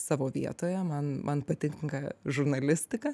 savo vietoje man man patinka žurnalistika